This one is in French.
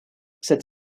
cette